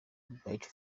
bright